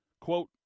Quote